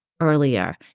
earlier